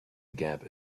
gap